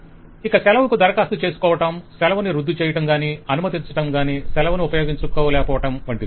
client ఇంకా సెలవుకు దరఖాస్తు చేసుకోవడం సెలవును రద్దు చేయడం గాని అనుమతించడం గాని సెలవును ఉపయోగించలేకపోవటం వంటివి